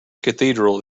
cathedral